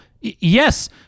yes